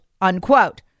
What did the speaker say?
unquote